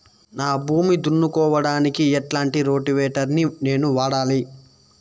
నా భూమి దున్నుకోవడానికి ఎట్లాంటి రోటివేటర్ ని నేను వాడాలి?